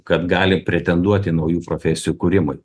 kad gali pretenduot į naujų profesijų kūrimui